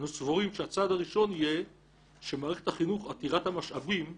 אנו סבורים שהצעד הראשון יהיה שמערכת החינוך עתירת המשאבים,